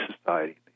society